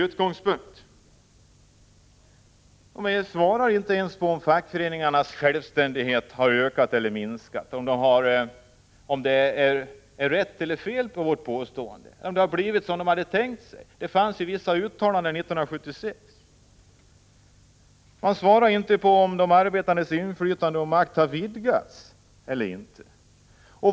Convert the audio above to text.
Man svarar inte ens på frågan om fackföreningarnas självständighet har ökat eller minskat, om det vi påstår är rätt eller fel, eller om det har blivit som det var tänkt. Det gjordes ju vissa uttalanden 1976. Utskottet svarar inte på frågan om de arbetandes inflytande och makt har ökat eller inte.